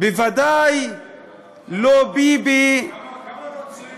בוודאי לא ביבי, כמה נוצרים